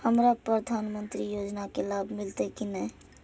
हमरा प्रधानमंत्री योजना के लाभ मिलते की ने?